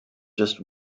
just